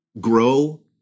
grow